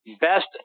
Best